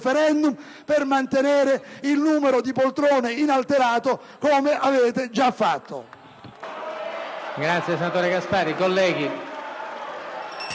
per mantenere il numero di poltrone inalterato, come avete già fatto.